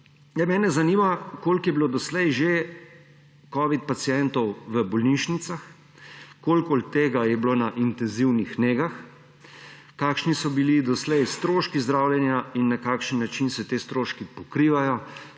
Mene zanima: Koliko je bilo doslej že covid pacientov v bolnišnicah? Koliko od njih jih je bilo na intenzivni negi? Kakšni so bili doslej stroški zdravljenja in na kakšen način se ti stroški pokrivajo,